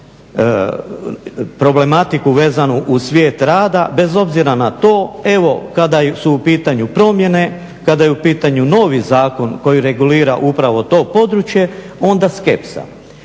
problematiku vezanu uz svijet rada bez obzira na to evo kada su u pitanju promjene, kada je u pitanju novi zakon koji regulira upravo to područje onda skepsa.